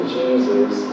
Jesus